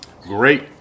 Great